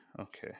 Okay